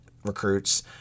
Recruits